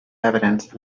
evidence